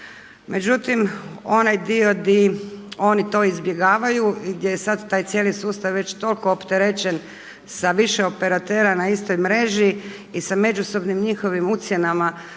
Međutim, onaj dio gdje oni to izbjegavaju, gdje je sada taj cijeli sustav već toliko opterećen sa više operatera na istoj mreži i sa međusobnim njihovim ucjenama,